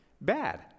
bad